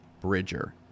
Bridger